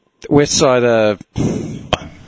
Westside